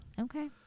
Okay